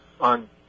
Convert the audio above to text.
on